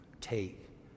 Take